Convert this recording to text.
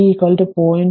5 സെക്കൻഡിൽ ഇവിടെ t 0